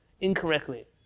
incorrectly